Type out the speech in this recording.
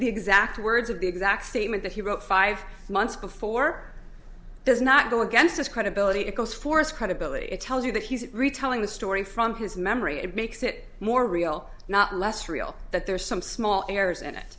the exact words of the exact statement that he wrote five months before does not go against his credibility it goes for its credibility it tells you that he's retelling the story from his memory it makes it more real not less real that there are some small errors in it